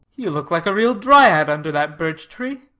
you look like a real dryad under that birch tree,